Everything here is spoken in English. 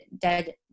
dead